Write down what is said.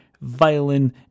violin